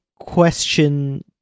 question